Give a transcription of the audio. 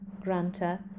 Granta